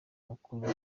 mukuru